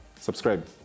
subscribe